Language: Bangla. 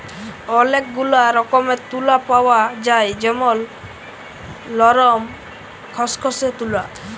ওলেক গুলা রকমের তুলা পাওয়া যায় যেমল লরম, খসখসে তুলা